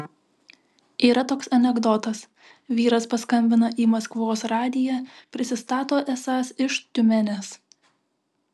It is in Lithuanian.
yra toks anekdotas vyras paskambina į maskvos radiją prisistato esąs iš tiumenės